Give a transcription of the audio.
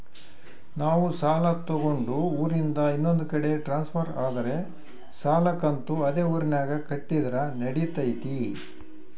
ನಾವು ಸಾಲ ತಗೊಂಡು ಊರಿಂದ ಇನ್ನೊಂದು ಕಡೆ ಟ್ರಾನ್ಸ್ಫರ್ ಆದರೆ ಸಾಲ ಕಂತು ಅದೇ ಊರಿನಾಗ ಕಟ್ಟಿದ್ರ ನಡಿತೈತಿ?